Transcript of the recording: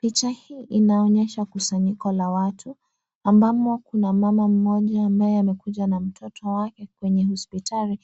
Picha hii inaonyesha kusanyiko la watu ambamo kuna mama moja ambaye amekuja na mtoto wake kwenye hospitali